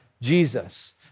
Jesus